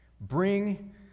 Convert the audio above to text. bring